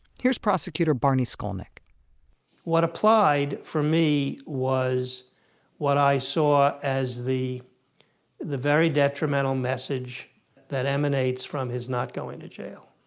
here's prosecutor barney skolnik what applied for me was what i saw as the the very detrimental message that emanates from his not going to jail.